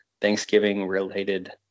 Thanksgiving-related